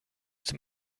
zum